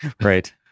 Right